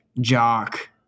jock